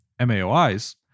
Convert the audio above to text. MAOIs